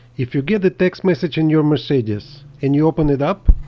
if you get the text message in your mercedes and you open it up,